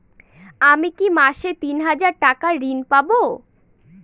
আমি কি মাসে তিন হাজার টাকার ঋণ পাবো?